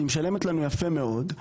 היא משלמת לנו יפה מאוד,